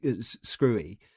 screwy